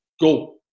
go